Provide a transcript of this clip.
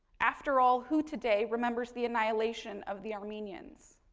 after all, who today remembers the annihilation of the armenians?